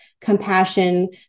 compassion